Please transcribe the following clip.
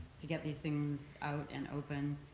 to get these things out and open?